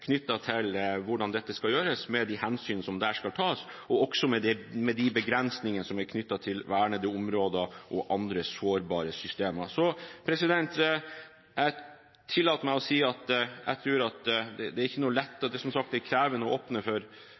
til hvordan dette skal gjøres, med de hensyn som der skal tas, og også med de begrensningene som er knyttet til vernede områder og andre sårbare systemer. Jeg tillater meg å si at jeg tror at det er ikke lett, som sagt – det er krevende å åpne for